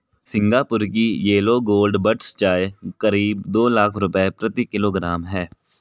Singapore की yellow gold buds चाय करीब दो लाख रुपए प्रति किलोग्राम है